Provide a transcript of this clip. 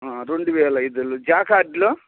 రెండు వేల ఐదులో జకార్డ్లో